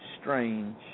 strange